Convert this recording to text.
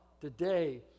today